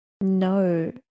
No